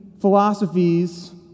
philosophies